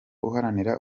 uharanira